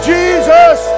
Jesus